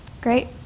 Great